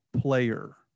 player